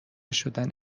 شدن